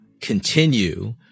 continue